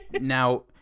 Now